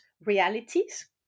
realities